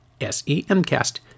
S-E-M-Cast